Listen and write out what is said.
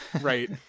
Right